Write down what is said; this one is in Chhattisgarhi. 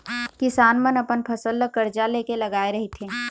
किसान मन अपन फसल ल करजा ले के लगाए रहिथे